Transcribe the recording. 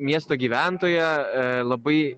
miesto gyventoją labai